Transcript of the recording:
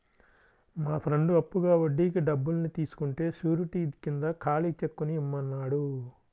మా ఫ్రెండు అప్పుగా వడ్డీకి డబ్బుల్ని తీసుకుంటే శూరిటీ కింద ఖాళీ చెక్కుని ఇమ్మన్నాడు